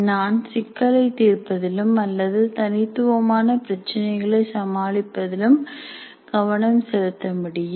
நான் சிக்கலை தீர்ப்பதிலும் அல்லது தனித்துவமான பிரச்சனைகளை சமாளிப்பதில் கவனம் செலுத்த முடியும்